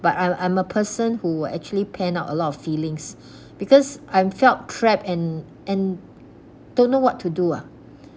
but I I'm a person who will actually pan out a lot of feelings because I'm felt trapped and and don't know what to do ah